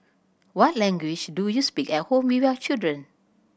what language do you speak at home with your children